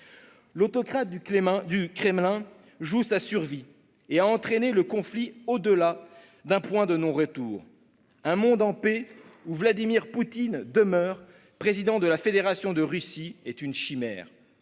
L'autocrate du Kremlin joue sa survie et a entraîné le conflit au-delà d'un point de non-retour. Un monde en paix où Vladimir Poutine demeure président de la Fédération de Russie est une chimère.